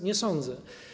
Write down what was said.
Nie sądzę.